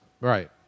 Right